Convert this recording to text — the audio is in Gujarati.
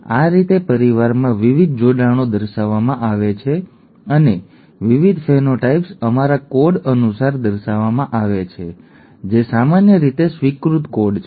આ રીતે પરિવારમાં વિવિધ જોડાણો દર્શાવવામાં આવે છે અને વિવિધ ફેનોટાઇપ્સ અમારા કોડ અનુસાર દર્શાવવામાં આવે છે જે સામાન્ય રીતે સ્વીકૃત કોડ છે